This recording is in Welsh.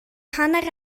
hanner